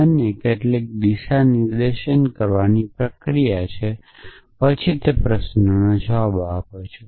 અને કેટલીક દિશા નિર્દેશન કરવાની પ્રક્રિયા પછી તે પ્રશ્નોના જવાબ આપો